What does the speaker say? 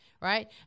right